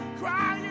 crying